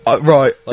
right